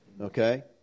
okay